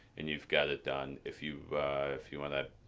and you've got it done, if you if you want ah